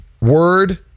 Word